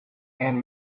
and